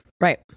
Right